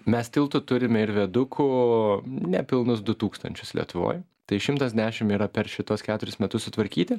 mes tiltų turime ir viadukų nepilnus du tūkstančius lietuvoj tai šimtas dešim yra per šituos keturis metus sutvarkyti